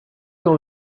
dans